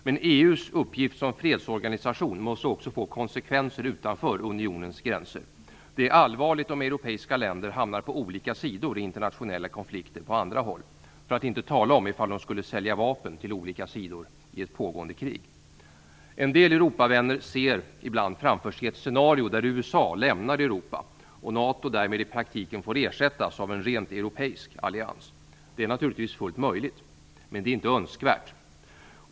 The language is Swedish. Men EU:s uppgift som fredsorganisation måste också få konsekvenser utanför unionens gränser. Det är allvarligt om europeiska länder hamnar på olika sidor i internationella konflikter på andra håll, för att inte tala om ifall de skulle sälja vapen till olika sidor i ett pågående krig. En del Europavänner ser ibland framför sig ett scenario där USA lämnar Europa, och NATO därmed i praktiken får ersättas av en rent europeisk allians. Det är naturligtvis fullt möjligt, men det är inte önskvärt.